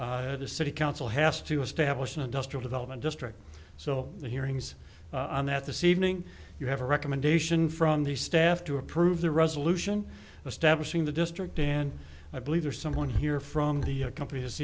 happen the city council has to establish an industrial development district so the hearings on that this evening you have a recommendation from the staff to approve the resolution stablish in the district and i believe you're someone here from the company